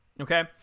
Okay